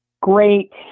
Great